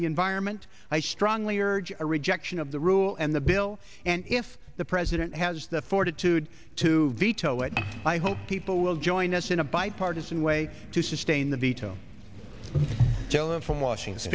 the environment i strongly urge a rejection of the rule and the bill and if the president has the fortitude to veto it i hope people will join us in a bipartisan way to sustain the veto from washing